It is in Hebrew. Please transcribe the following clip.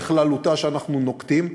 בכללותה, שאנחנו נוקטים.